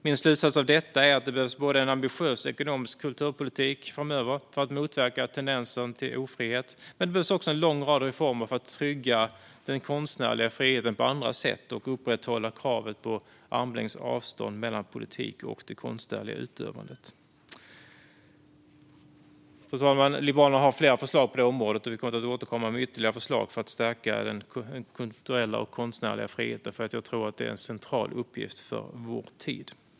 Min slutsats av detta är att det framöver behövs en ambitiös ekonomisk kulturpolitik för att motverka tendenser till ofrihet men också en lång rad av reformer för att trygga den konstnärliga friheten på andra sätt och upprätthålla kravet på armlängds avstånd mellan politiken och det konstnärliga utövandet. Fru talman! Liberalerna har flera förslag på detta område, och vi kommer att återkomma med ytterligare förslag för att stärka den kulturella och konstnärliga friheten. Jag tror att det är en central uppgift för vår tid.